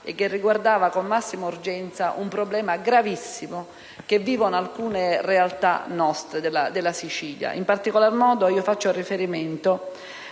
che riguarda un problema gravissimo che vivono alcune realtà nostre, della Sicilia. In particolar modo, faccio riferimento